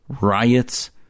riots